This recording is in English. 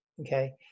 Okay